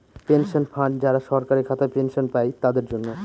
pension fund যারা সরকারি খাতায় পেনশন পাই তাদের জন্য